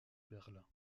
berlin